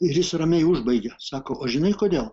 ir jis ramiai užbaigė sako o žinai kodėl